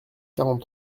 quarante